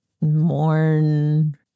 mourn